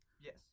Yes